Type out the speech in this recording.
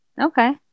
okay